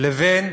לבין